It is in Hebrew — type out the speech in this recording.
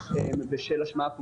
בשל השמעה פומבית.